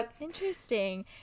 Interesting